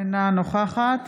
אינה נוכחת